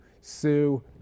Sue